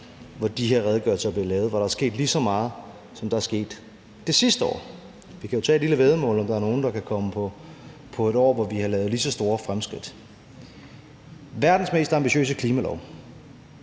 hvor de her redegørelser er blevet lavet, hvor der er sket lige så meget det, som der er sket det sidste år. Vi kan jo tage et lille væddemål på, om der er nogen, der kan komme på et år, hvor vi har lavet lige så store fremskridt. Verdens mest ambitiøse klimalov